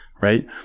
right